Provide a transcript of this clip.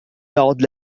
يعد